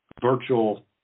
virtual